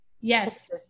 Yes